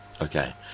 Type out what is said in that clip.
okay